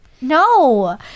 No